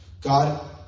God